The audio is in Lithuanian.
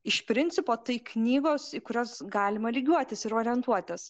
iš principo tai knygos į kurias galima lygiuotis ir orientuotis